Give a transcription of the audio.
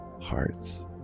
hearts